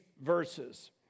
verses